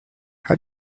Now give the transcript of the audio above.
how